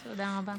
תודה רבה.